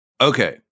Okay